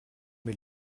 mes